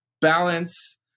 balance